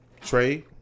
Trey